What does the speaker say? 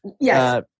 Yes